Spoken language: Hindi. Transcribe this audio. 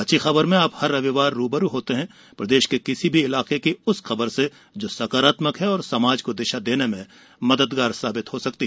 अच्छी खबर में आप हर रविवार रू ब रू होते हैं प्रदेश के किसी भी इलाके की उस खबर से जो सकारात्मक है और समाज को दिशा देने में मददगार साबित हो सकती है